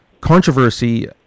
controversy